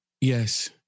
Yes